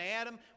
Adam